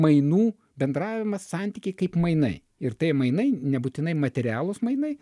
mainų bendravimas santykiai kaip mainai ir tai mainai nebūtinai materialūs mainai